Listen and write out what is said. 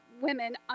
women